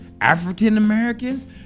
African-Americans